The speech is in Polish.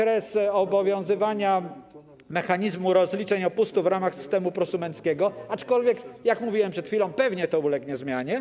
Przedłuża on okres obowiązywania mechanizmu rozliczeń opustu w ramach systemu prosumenckiego, aczkolwiek - jak mówiłem przed chwilą - pewnie to ulegnie zmianie.